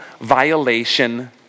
violation